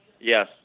Yes